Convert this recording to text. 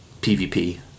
PvP